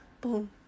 boom